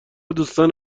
دوستان